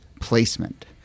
placement